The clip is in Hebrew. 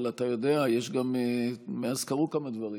אבל אתה יודע, מאז קרו כמה דברים.